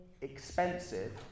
expensive